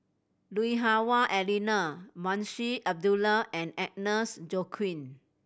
Lui Hah Wah Elena Munshi Abdullah and Agnes Joaquim